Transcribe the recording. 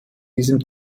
diesem